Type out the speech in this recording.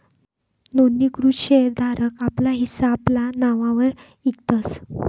नोंदणीकृत शेर धारक आपला हिस्सा आपला नाववर इकतस